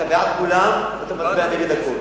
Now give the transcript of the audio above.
אתה בעד כולם ואתה מצביע נגד הכול.